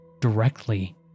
directly